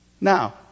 Now